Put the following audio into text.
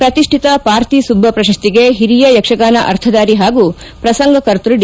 ಪ್ರತಿಷ್ಠಿತ ಪಾರ್ತಿಸುಬ್ಬ ಪ್ರಶಸ್ತಿಗೆ ಹಿರಿಯ ಯಕ್ಷಗಾನ ಅರ್ಥಧಾರಿ ಹಾಗೂ ಪ್ರಸಂಗ ಕರ್ತ್ಸ ಡಿ